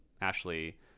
ashley